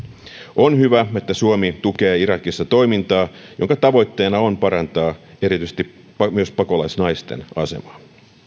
on myös hyvä että suomi tukee irakissa toimintaa jonka tavoitteena on parantaa erityisesti pakolaisnaisten asemaa